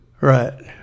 Right